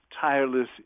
tireless